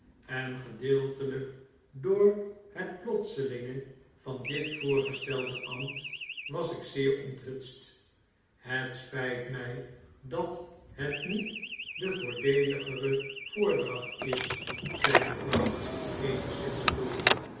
en gedeeltelyk door het plotselinge van dit voorgestelde ambt was ik zeer onthutst het spyt mij dat het niet de voordeeligere voordracht is zei mevrouw eenigszins koel